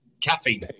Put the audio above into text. Caffeine